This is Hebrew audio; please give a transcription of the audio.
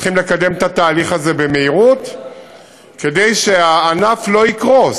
צריכים לקדם את התהליך הזה במהירות כדי שהענף לא יקרוס,